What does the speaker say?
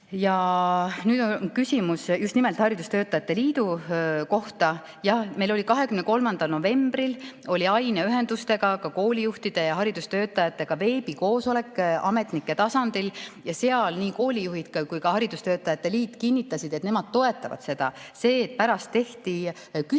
Ja nüüd küsimus just nimelt haridustöötajate liidu kohta. Jah, meil oli 23. novembril aineühendustega, aga ka koolijuhtide ja haridustöötajatega veebikoosolek ametnike tasandil. Seal nii koolijuhid kui ka haridustöötajate liit kinnitasid, et nemad toetavad seda. Pärast tehti küsitlus